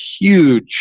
huge